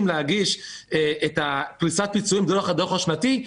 להגיש את פריסת הפיצויים דרך הדוח השנתי,